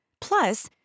Plus